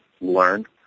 learn